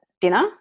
dinner